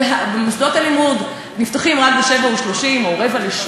ומוסדות הלימוד נפתחים רק ב-07:30 או 07:45,